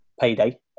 payday